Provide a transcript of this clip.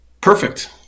Perfect